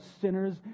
sinners